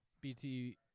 BT